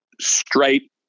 straight